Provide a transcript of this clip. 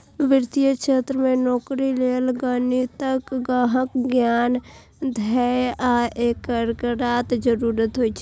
वित्तीय क्षेत्र मे नौकरी लेल गणितक गहन ज्ञान, धैर्य आ एकाग्रताक जरूरत होइ छै